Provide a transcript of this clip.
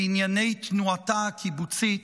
בענייני תנועתה הקיבוצית,